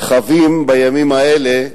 חווים בימים האלה,